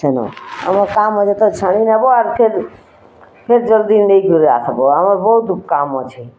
ସୁନୋ ଆମର୍ କାମ ହେଲେ ତ ଛାଡ଼ିଦବ ଆର୍ ଫିର୍ ଫିର୍ ଜଲ୍ଦି ନେଇ କରି ଆସ୍ବୋଁ ବହୁତ୍ କାମ ଅଛି